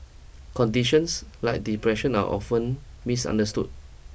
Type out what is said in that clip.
conditions like depression are often misunderstood